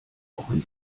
brauchen